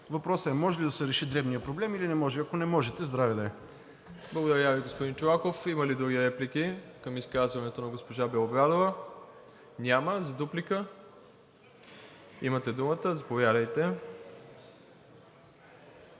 Въпросът е може ли да се реши дневният проблем, или не може? Ако не можете, здраве да е. ПРЕДСЕДАТЕЛ МИРОСЛАВ ИВАНОВ: Благодаря Ви, господин Чолаков. Има ли други реплики към изказването на госпожа Белобрадова? Няма. За дуплика – имате думата, заповядайте.